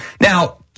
Now